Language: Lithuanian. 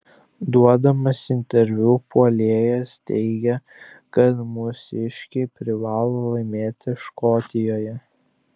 duodamas interviu puolėjas teigė kad mūsiškiai privalo laimėti škotijoje